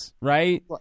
right